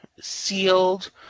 sealed